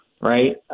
right